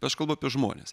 aš kalbu apie žmones